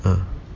uh